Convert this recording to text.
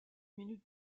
minutes